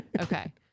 Okay